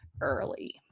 early